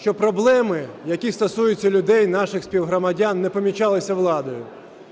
що проблеми, які стосуються людей, наших співгромадян, не помічалися владою.